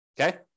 okay